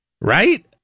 Right